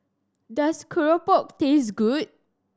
does Keropok taste good